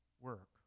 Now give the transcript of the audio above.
work